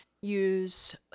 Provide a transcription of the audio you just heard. use